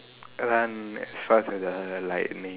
run as fast as lightning